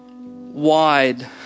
wide